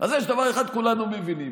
אז יש דבר אחד, כולנו מבינים.